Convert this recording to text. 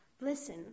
Listen